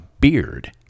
beard